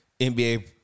NBA